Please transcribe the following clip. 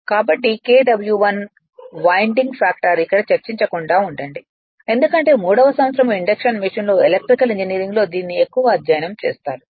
కాబట్టి Kw1 winding factor ఇక్కడ చర్చించకుండా ఉండండి ఎందుకంటే 3 వ సంవత్సరం ఇండక్షన్ మెషీన్లో ఎలెక్ట్రికల్ ఇంజనీరింగ్లో దీనిని ఎక్కువ అధ్యయనం చేస్తారు